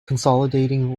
consolidating